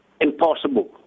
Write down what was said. impossible